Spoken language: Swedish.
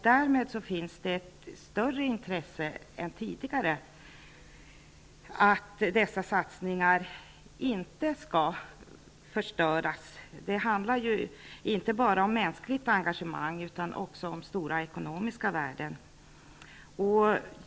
Därmed finns ett större intresse än tidigare för att se till att dessa satsningar inte skall förstöras. Det handlar ju inte bara om mänskligt engagemang utan också om stora ekonomiska värden.